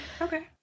okay